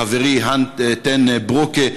חברי האן טן ברוקה,